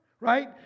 Right